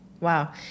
Wow